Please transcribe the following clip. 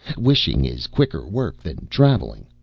wishing is quicker work than travelling.